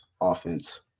offense